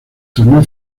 torneo